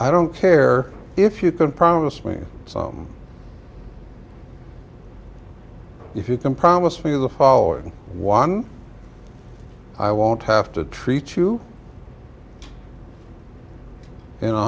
i don't care if you can promise me if you can promise me the following one i won't have to treat you in a